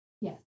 Yes